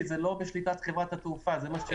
כי זה לא בשליטת חברת התעופה.